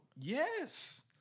yes